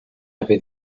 avait